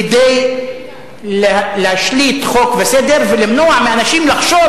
כדי להשליט חוק וסדר ולמנוע מאנשים לחשוב